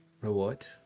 reward